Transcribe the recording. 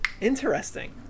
Interesting